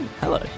hello